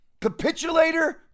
Capitulator